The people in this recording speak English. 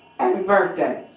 and birthday.